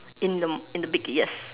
in the in the beak yes